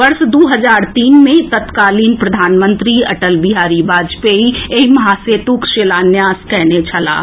वर्ष दू हजार तीन मे तत्कालीन प्रधानमंत्री अटल बिहारी वाजपेयी एहि महासेतुक शिलान्यास कयने छलाह